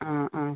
ആ ആ